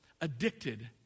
addicted